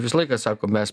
visą laiką sako mes